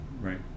right